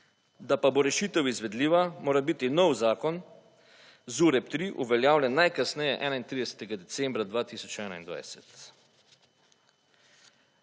Da pa bo rešitev izvedljiva mora biti nov zakon ZUREP3 uveljavljane najkasneje 31. decembra 2021.